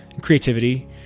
creativity